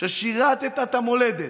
שבהן שירַתָּ את המולדת,